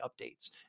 updates